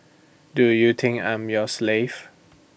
do you think I'm your slave